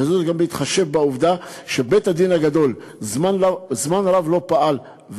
וזאת גם בהתחשב בעובדה שבית-הדין הגדול לא פעל זמן רב,